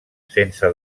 sense